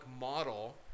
model